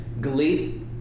glee